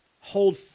hold